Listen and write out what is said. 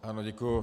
Ano, děkuji.